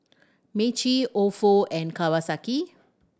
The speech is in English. Meiji Ofo and Kawasaki